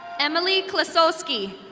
emily clisosski.